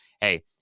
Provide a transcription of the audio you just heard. hey